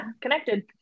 connected